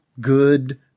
good